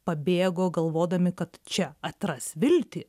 pabėgo galvodami kad čia atras viltį